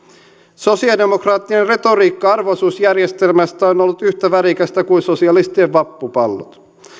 sosiaalidemokraattinen retoriikka arvo osuusjärjestelmästä on on ollut yhtä värikästä kuin sosialistien vappupallot